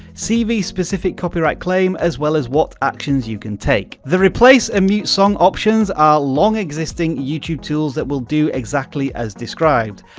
see the specific copyright claim, as well as what actions you can take. the replace and mute song options are long existing youtube tools that will do exactly as described.